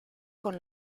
con